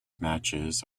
matches